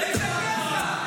תודה רבה על העזרה שעזרת לי.